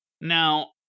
Now